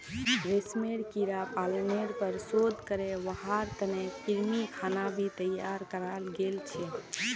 रेशमेर कीड़ा पालनेर पर शोध करे वहार तने कृत्रिम खाना भी तैयार कराल गेल छे